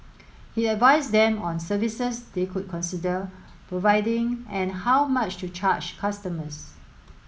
he advised them on services they could consider providing and how much to charge customers